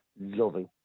loving